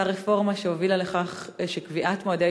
נעשתה רפורמה שהובילה לכך שקביעת מועדי